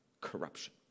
corruption